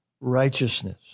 righteousness